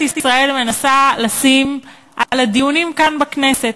ישראל מנסה לשים על הדיונים כאן בכנסת.